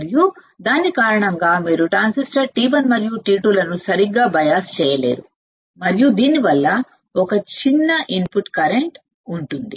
మరియు దాని కారణంగా మీరు ట్రాన్సిస్టర్ T1 మరియు T2 లను సరిగ్గా బయాస్ చేయలేరు దీనివల్ల ఒక చిన్న ఇన్పుట్ కరెంట్ ఉంటుంది